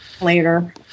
later